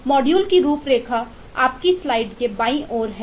module की रूपरेखा आपकी स्लाइड के बाईं ओर है